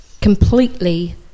completely